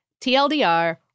TLDR